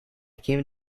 came